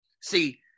See